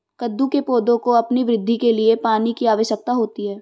कद्दू के पौधों को अपनी वृद्धि के लिए पानी की आवश्यकता होती है